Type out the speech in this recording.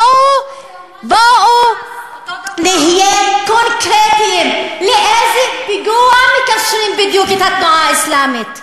בואו נהיה קונקרטיים: לאיזה פיגוע בדיוק מקשרים את התנועה האסלאמית?